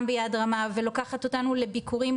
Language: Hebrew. גם ביד רמה ולוקחת אותנו לביקורים,